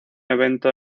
evento